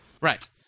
Right